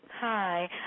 Hi